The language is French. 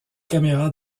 caméras